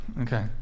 okay